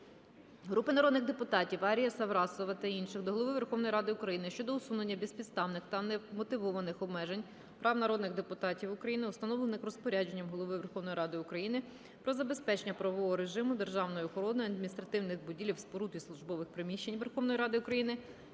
Групи народних депутатів (Ар'єва, Саврасова та інших) до Голови Верховної Ради України щодо усунення безпідставних та невмотивованих обмежень прав народних депутатів України, установлених Розпорядженням Голови Верховної Ради України "Про забезпечення правового режиму державної охорони адміністративних будівель, споруд і службових приміщень Верховної Ради України"